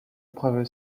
preuve